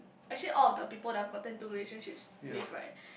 actually all of the people that I've gotten to relationships with right